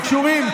לא קשורים,